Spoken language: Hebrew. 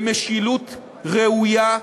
למשילות ראויה,